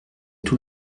tout